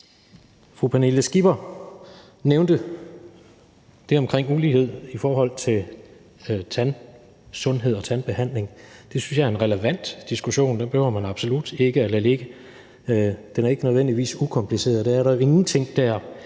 Fru Pernille Skipper nævnte det om ulighed i forhold til tandsundhed og tandbehandling. Det synes jeg er en relevant diskussion. Den behøver man absolut ikke at lade ligge. Den er ikke nødvendigvis ukompliceret, og det er der jo ingenting der